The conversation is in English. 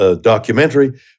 documentary